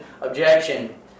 objection